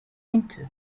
into